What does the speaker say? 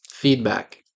Feedback